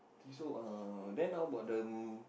I think so uh then how about the um